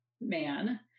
man